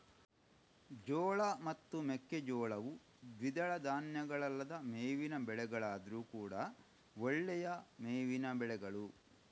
ಜೋಳ ಮತ್ತು ಮೆಕ್ಕೆಜೋಳವು ದ್ವಿದಳ ಧಾನ್ಯಗಳಲ್ಲದ ಮೇವಿನ ಬೆಳೆಗಳಾದ್ರೂ ಕೂಡಾ ಒಳ್ಳೆಯ ಮೇವಿನ ಬೆಳೆಗಳು